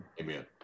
Amen